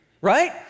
right